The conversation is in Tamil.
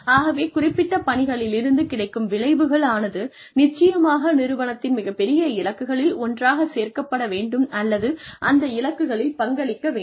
ஆகவே குறிப்பிட்ட பணிகளிலிருந்து கிடைக்கும் விளைவுகள் ஆனது நிச்சயமாக நிறுவனத்தின் மிகப்பெரிய இலக்குகளில் ஒன்றாகச் சேர்க்கப்பட வேண்டும் அல்லது அந்த இலக்குகளில் பங்களிக்க வேண்டும்